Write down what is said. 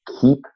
keep